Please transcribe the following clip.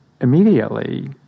immediately